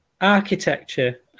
architecture